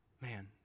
man